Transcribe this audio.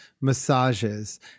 massages